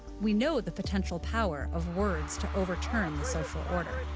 we know the potential power of words to overturn the social order.